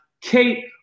Kate